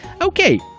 Okay